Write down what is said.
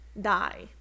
Die